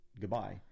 goodbye